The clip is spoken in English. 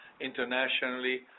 internationally